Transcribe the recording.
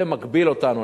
זה מגביל אותנו.